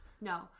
no